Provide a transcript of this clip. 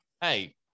hey